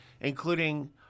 including